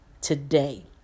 today